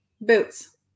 Boots